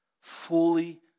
fully